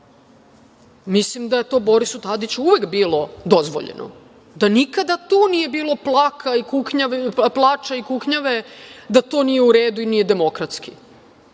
Mislim da je to Borisu Tadiću uvek bilo dozvoljeno, da nikada tu nije bilo plača i kuknjave da to nije u redu i nije demokratski.